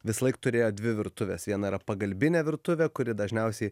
visąlaik turėjo dvi virtuves viena yra pagalbinė virtuvė kuri dažniausiai